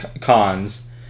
cons